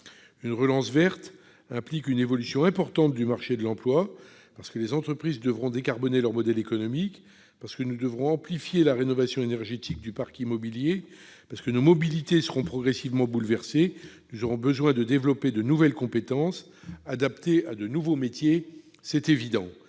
Une relance verte implique une évolution importante du marché de l'emploi. En effet, les entreprises devront décarboner leur modèle économique, nous devrons amplifier la rénovation énergétique du parc immobilier, nos mobilités seront progressivement bouleversées et nous aurons besoin de développer de nouvelles compétences, adaptées à de nouveaux métiers. Tout cela est évident,